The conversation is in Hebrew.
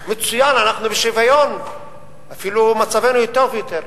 מצוין, אנחנו בשוויון, אפילו מצבנו טוב יותר.